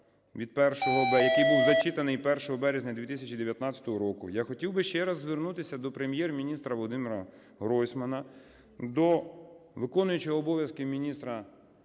який був зачитаний 1 березня 2019 року, я хотів б ще раз звернутися до Прем'єр-міністра Володимира Гройсмана, до виконуючого обов'язки міністра